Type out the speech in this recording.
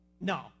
No